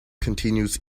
continues